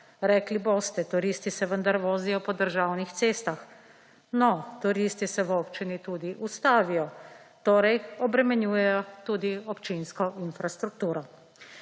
Rekli boste, turisti se vendar vozijo po državnih cestah. No, turisti se v občini tudi ustavijo, torej, obremenjujejo tudi občinsko infrastrukturo.